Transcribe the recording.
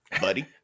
buddy